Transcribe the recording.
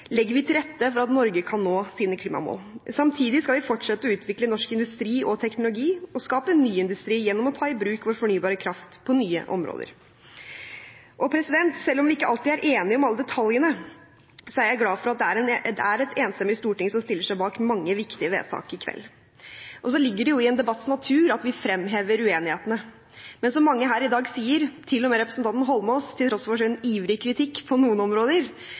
legger vi til rette for at Norge kan nå sine klimamål. Samtidig skal vi fortsette å utvikle norsk industri og teknologi og skape ny industri gjennom å ta i bruk vår fornybare kraft på nye områder. Selv om vi ikke alltid er enig om alle detaljene, er jeg glad for at det er et enstemmig storting som stiller seg bak mange viktige vedtak i kveld. Så ligger det jo i en debatts natur at vi fremhever uenighetene, men som mange her i dag sier, til og med representanten Eidsvoll Holmås, til tross for sin ivrige kritikk på noen områder,